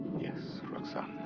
yes, roxane.